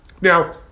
Now